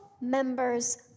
members